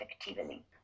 effectively